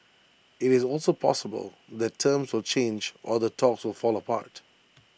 it's also possible that terms will change or the talks will fall apart